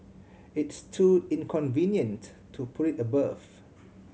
it's too inconvenient to put it above